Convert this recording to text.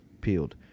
peeled